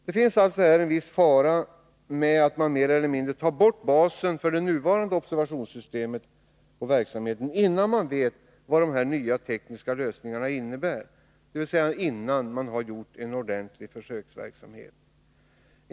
Här ligger då en viss fara i att man mer eller mindre tar bort basen för den nuvarande observationsverksamheten, innan man vet vad de nya tekniska lösningarna innebär, dvs. innan en ordentlig försöksverksamhet har genomförts.